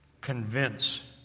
convince